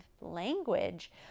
language